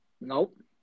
Nope